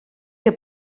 que